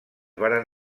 varen